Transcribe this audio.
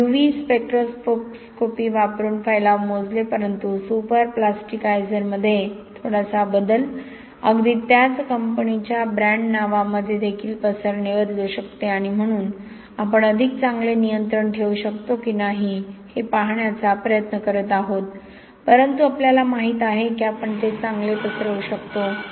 आपण UV spectroscopy वापरून फैलाव मोजले परंतु सुपरप्लास्टिकायझरमध्ये थोडासा बदल अगदी त्याच कंपनीच्या ब्रँड नावामध्ये देखील पसरणे बदलू शकते आणि म्हणून आपण अधिक चांगले नियंत्रण ठेवू शकतो की नाही हे पाहण्याचा प्रयत्न करत आहोत परंतु आपल्याला माहित आहे की आपण ते चांगले पसरवू शकतो